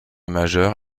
majeur